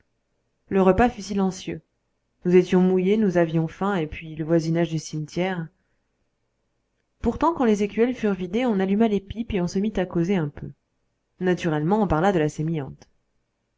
le repas fut silencieux nous étions mouillés nous avions faim et puis le voisinage du cimetière pourtant quand les écuelles furent vidées on alluma les pipes et on se mit à causer un peu naturellement on parlait de la sémillante